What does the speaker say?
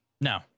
No